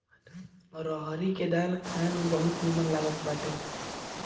रहरी के दाल खाए में बहुते निमन लागत बाटे